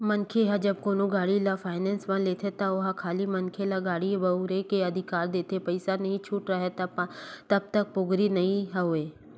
मनखे ह जब कोनो गाड़ी ल फायनेंस म लेथे त ओहा खाली मनखे ल गाड़ी बउरे के अधिकार देथे पइसा नइ छूटे राहय तब तक पोगरी नइ होय